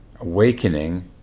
awakening